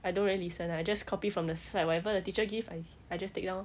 I don't really listen lah just copy from the slide whatever the teacher give I I just take down lor